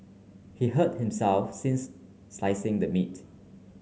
he hurt himself since slicing the meat